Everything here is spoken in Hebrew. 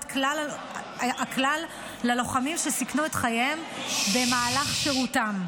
הכלל ללוחמים שסיכנו את חייהם במהלך שירותם.